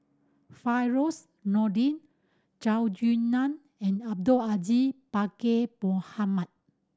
Firdaus Nordin Zhou Nan and Abdul Aziz Pakkeer Mohamed